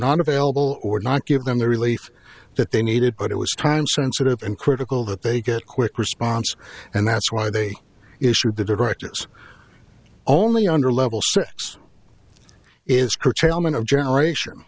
not available or not give them the relief that they needed but it was time sensitive and critical that they get quick response and that's why they issued the directives only under level six is curtailment of generation